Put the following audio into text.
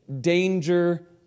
Danger